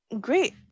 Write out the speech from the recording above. great